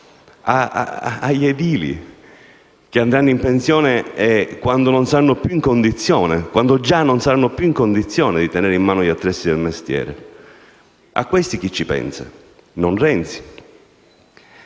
agli edili, che andranno in pensione quando non saranno già più in condizione di tenere in mano gli attrezzi del mestiere, chi ci pensa? Non Renzi